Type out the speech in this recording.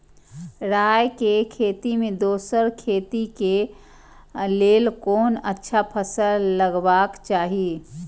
राय के खेती मे दोसर खेती के लेल कोन अच्छा फसल लगवाक चाहिँ?